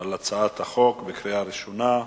על החוק בקריאה ראשונה.